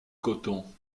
coton